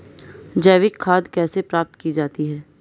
जैविक खाद कैसे प्राप्त की जाती है?